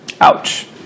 Ouch